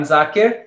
Zakir